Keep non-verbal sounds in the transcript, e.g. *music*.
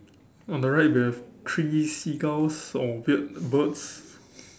on the right we have three seagulls or weird birds *breath*